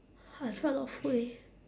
I tried a lot of food eh